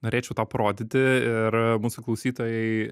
norėčiau tau parodyti ir mūsų klausytojai